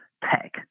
tech